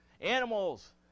Animals